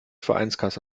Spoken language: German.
vereinskasse